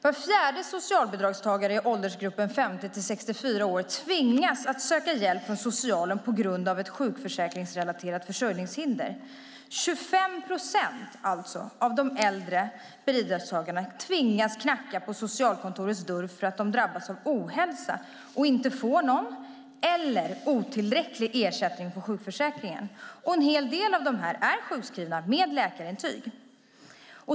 Var fjärde socialbidragstagare i åldersgruppen 50-64 år tvingas att söka hjälp från socialen på grund av ett sjukförsäkringsrelaterat försörjningshinder. 25 procent av de äldre bidragstagarna tvingas alltså att knacka på socialkontorets dörr därför att de drabbats av ohälsa och inte får någon eller otillräcklig ersättning från sjukförsäkringen. Och en hel del av dem är sjukskrivna med läkarintyg.